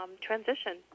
transition